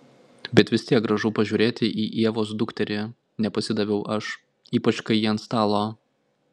bet vis tiek gražu pažiūrėti į ievos dukterį nepasidaviau aš ypač kai ji ant stalo